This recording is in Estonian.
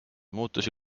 muutusi